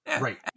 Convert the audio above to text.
Right